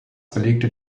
belegte